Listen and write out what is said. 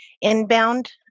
Inbound